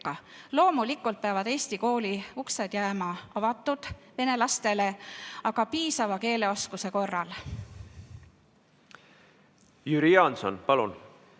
Loomulikult peavad eesti kooli uksed jääma avatuks vene lastele, aga piisava keeleoskuse korral. See ei ole